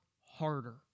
harder